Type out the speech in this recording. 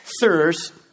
thirst